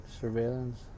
surveillance